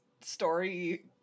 story